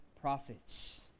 prophets